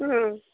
ಹ್ಞೂ